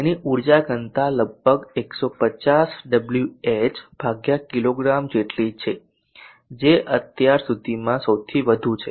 તેની ઉર્જા ઘનતા લગભગ 150 ડબ્લ્યુએચ કિગ્રા જેટલી છે જે અત્યાર સુધીમાં સૌથી વધુ છે